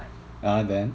ah then